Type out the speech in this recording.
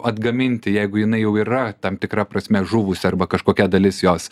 atgaminti jeigu jinai jau yra tam tikra prasme žuvusi arba kažkokia dalis jos